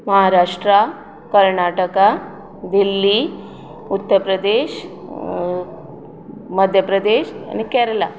महाराष्ट्रा कर्नाटका दिल्ली उत्तर प्रदेश मध्य प्रदेश आनी केरला